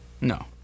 No